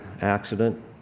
accident